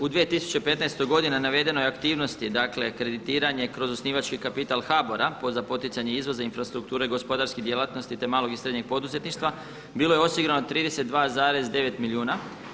U 2015. godini navedenoj aktivnosti, dakle kreditiranje kroz osnivački kapital HBOR-a za poticanje izvoza i infrastrukture gospodarskih djelatnosti te malog i srednjeg poduzetništva bilo je osigurano 32,9 milijuna.